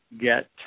get